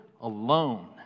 alone